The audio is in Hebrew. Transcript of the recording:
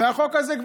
והחוק הזה,